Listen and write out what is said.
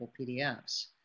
PDFs